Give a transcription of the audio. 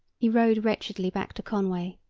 he rode wretchedly back to conway,